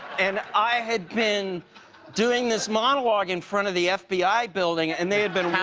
and i i had been doing this monologue in front of the f b i. building and they had been watching.